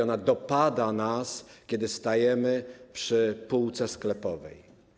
Ona dopada nas, kiedy stajemy przy półce sklepowej.